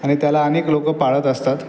आणि त्याला अनेक लोकं पाळत असतात